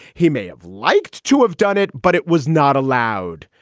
he may have liked to have done it, but it was not allowed.